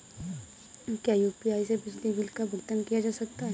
क्या यू.पी.आई से बिजली बिल का भुगतान किया जा सकता है?